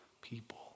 people